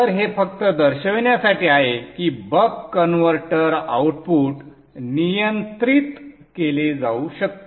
तर हे फक्त दर्शविण्यासाठी आहे की बक कन्व्हर्टर आउटपुट नियंत्रित केले जाऊ शकते